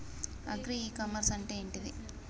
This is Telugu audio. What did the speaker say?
అగ్రి ఇ కామర్స్ అంటే ఏంటిది?